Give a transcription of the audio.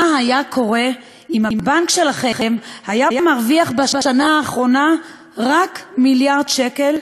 מה היה קורה אם הבנק שלכם היה מרוויח בשנה האחרונה רק מיליארד שקל?